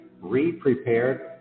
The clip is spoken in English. re-prepared